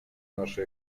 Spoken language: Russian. наша